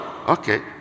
Okay